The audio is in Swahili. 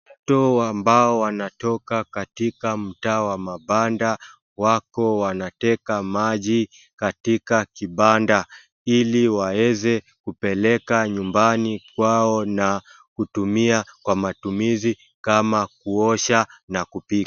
Watu ambao wanatoka katika mtaa wa mabanda wako wanateka maji katika kibanda ili waweze kupeleka nyumbani kwao na kutumia kwa matumizi kama kuosha na kupika.